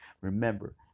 remember